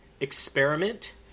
Experiment